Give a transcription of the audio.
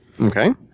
Okay